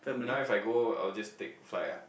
now if I go I will just take flight ah